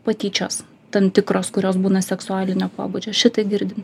patyčios tam tikros kurios būna seksualinio pobūdžio šitai girdim